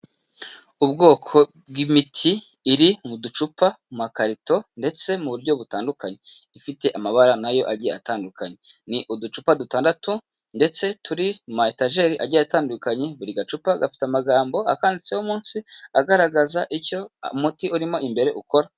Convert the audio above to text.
Ubwoko bw'imiti iri mu ducupa, mu makarito ndetse mu buryo butandukanye, ifite amabara na yo agiye atandukanye. Ni uducupa dutandatu ndetse turi mu ma etajeri agiye atandukanye, buri gacupa gafite amagambo akanditseho munsi agaragaza icyo umuti urimo imbere ukora.